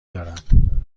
دارم